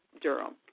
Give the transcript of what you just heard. Durham